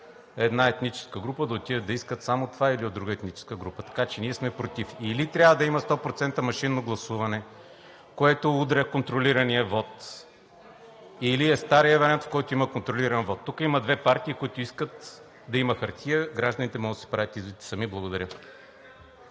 една етническа група да отидат да искат само това, или от друга етническа група. Така че ние сме против. Или трябва да има 100% машинно гласуване, което удря контролирания вот, или е старият вариант, в който има контролиран вот. Тук има две партии, които искат да има хартия, гражданите могат да си правят изводите сами. Благодаря.